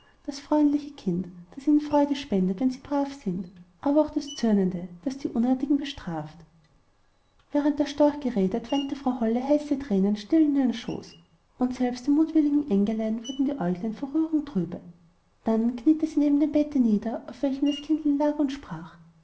das freundliche kind das ihnen freude spendet wenn sie brav sind aber auch das zürnende das die unartigen bestraft während der storch geredet weinte frau holle heiße tränen still in ihren schoß und selbst den mutwilligen engelein wurden die äuglein vor rührung trübe dann kniete sie neben dem bette nieder auf welchem das kindlein lag und sprach